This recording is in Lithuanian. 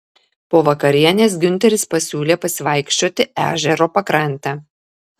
po vakarienės giunteris pasiūlė pasivaikščioti ežero pakrante